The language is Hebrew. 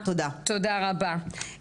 תודה, תודה רבה.